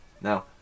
Now